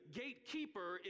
gatekeeper